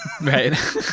Right